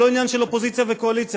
לא עניין של אופוזיציה וקואליציה,